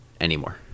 anymore